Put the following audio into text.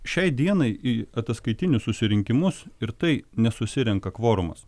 šiai dienai į ataskaitinius susirinkimus ir tai nesusirenka kvorumas